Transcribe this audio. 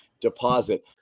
deposit